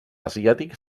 asiàtic